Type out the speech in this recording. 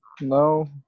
no